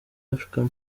african